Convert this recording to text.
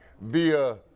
via